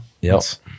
Yes